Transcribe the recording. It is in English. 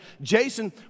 Jason